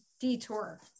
detour